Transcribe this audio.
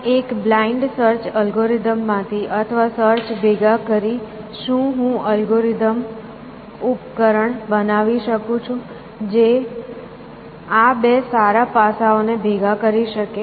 પણ એક blind search algorithm માંથી અથવા સર્ચ ભેગા કરી શું હું અલ્ગોરિધમ ઉપકરણ બનાવી શકું છું જે આ બે સારા પાસાઓ ને ભેગા કરી શકે